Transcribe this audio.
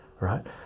right